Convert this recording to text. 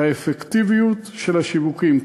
האפקטיביות של השיווקים,